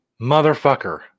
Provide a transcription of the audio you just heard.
motherfucker